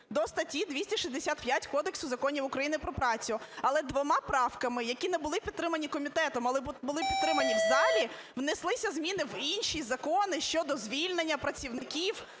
до статті 265 Кодексу законів України про працю". Але двома правками, які не були підтримані комітетом, але були підтримані в залі, внеслися зміни в інші закони щодо звільнення працівників,